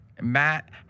Matt